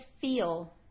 feel